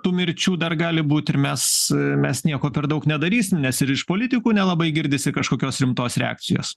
tų mirčių dar gali būt ir mes mes nieko per daug nedarysim nes ir iš politikų nelabai girdisi kažkokios rimtos reakcijos